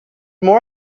more